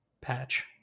patch